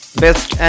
best